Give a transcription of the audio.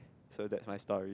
so that's my story